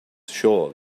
sure